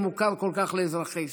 המוכר כל כך לאזרחי ישראל.